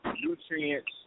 nutrients